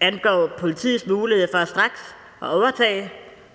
angår politiets mulighed for at straks at